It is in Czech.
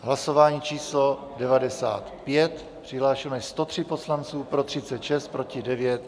Hlasování číslo 95, přihlášeno je 103 poslanců, pro 36, proti 9.